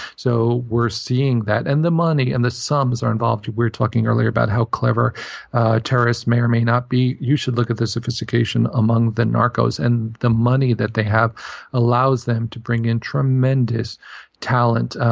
so we're seeing that. and the money and the subs are involved. we were talking earlier about how clever terrorists may or may not be. you should look at the sophistication among the narcos. and the money that they have allows them to bring in tremendous talent.